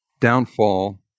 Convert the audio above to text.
downfall